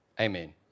amen